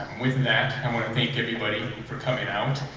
with that i want to thank everybody for coming out